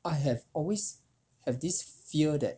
I have always have this fear that